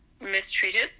mistreated